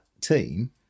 team